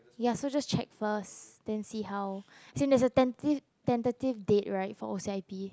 ya so just check first then see how as in there's a tenta~ tentative date right for C_I_P